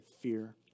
fear